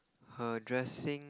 her dressing